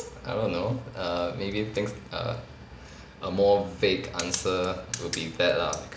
I don't know err maybe things err a more vague answer will be bad lah